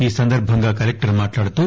ఈ సందర్బంగా కలెక్టర్ మాట్లాడుతూ